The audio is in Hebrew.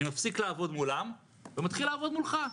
אני מפסיק לעבוד מולם ומתחיל לעבוד מולך.